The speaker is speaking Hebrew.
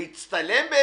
ולהצטלם.